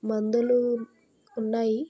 మందులు ఉన్నాయి